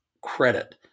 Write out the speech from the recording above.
credit